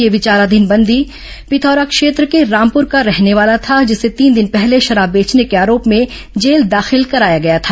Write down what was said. यह विचाराधीन बंदी पिथौरा क्षेत्र के रामपुर का रहने वालाँ था जिसे तीन दिन पहले शराब बेचने के आरोप में जेल दाखिल कराया गया था